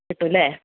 കിട്ടൂല്ലേ